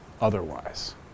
otherwise